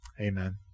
Amen